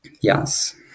yes